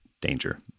danger